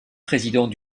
président